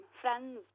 Friends